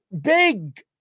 big